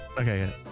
Okay